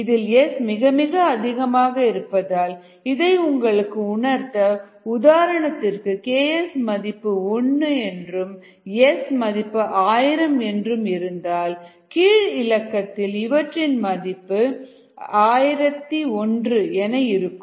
இதில் S மிக மிக அதிகமாக இருந்தால் இதை உங்களுக்கு உணர்த்த உதாரணத்திற்கு Ks மதிப்பு 1 என்றும் S மதிப்பு 1000 என்றும் இருந்தால் கீழ்இலக்கத்தில் இவற்றின் மதிப்பு 1001 என இருக்கும்